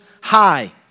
high